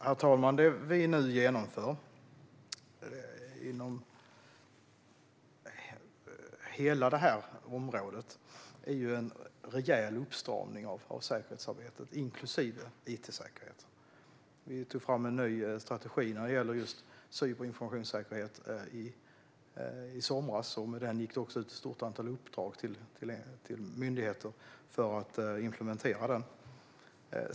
Herr talman! Det vi nu genomför inom hela detta område är en rejäl uppstramning av säkerhetsarbetet, inklusive it-säkerhet. Vi tog i somras fram en ny strategi gällande just cyber och informationssäkerhet, och i och med det gick ett stort antal uppdrag ut till myndigheter för att implementera strategin.